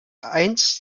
eins